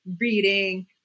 reading